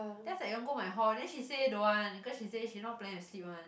that's like you want go my hall then she say don't want because she say she not planning to sleep one